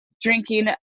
drinking